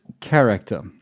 character